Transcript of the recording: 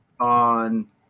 on